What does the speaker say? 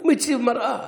הוא מציב מראה.